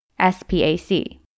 SPAC